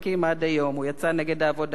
הוא יצא נגד העבודה המאורגנת.